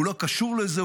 הוא לא קשור לזה,